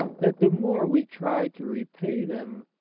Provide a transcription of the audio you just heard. that the more we try to repay them,